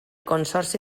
consorci